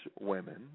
women